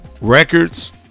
Records